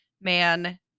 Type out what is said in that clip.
man